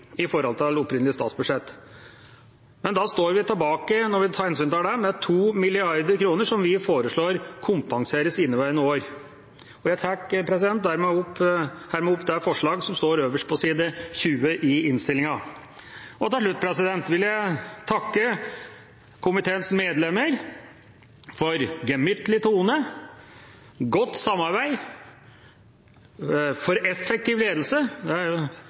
i forhold til opprinnelig statsbudsjett. Men når vi tar hensyn til det, står vi tilbake med 2 mrd. kr, som vi foreslår at kompenseres i inneværende år. Dermed tar jeg opp forslaget som står øverst på side 20 i innstillingen, fra Arbeiderpartiet, Senterpartiet og SV. Og til slutt vil jeg takke komiteens medlemmer for gemyttlig tone, godt samarbeid, effektiv ledelse